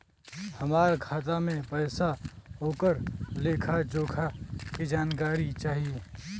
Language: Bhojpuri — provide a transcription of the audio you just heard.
हमार खाता में पैसा ओकर लेखा जोखा के जानकारी चाही?